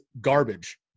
garbage